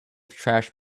trash